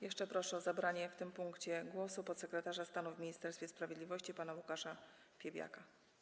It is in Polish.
Jeszcze proszę o zabranie głosu w tym punkcie podsekretarza stanu w Ministerstwie Sprawiedliwości pana Łukasza Piebiaka.